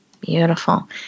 Beautiful